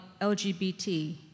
LGBT